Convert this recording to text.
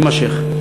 תימשך.